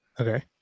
Okay